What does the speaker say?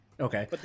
Okay